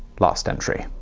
last entry.